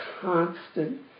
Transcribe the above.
constant